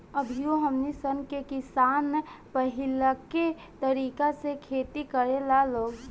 अभियो हमनी सन के किसान पाहिलके तरीका से खेती करेला लोग